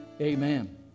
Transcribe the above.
Amen